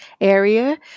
area